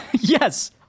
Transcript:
Yes